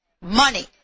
Money